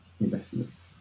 investments